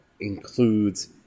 includes